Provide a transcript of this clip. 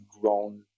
grown